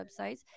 websites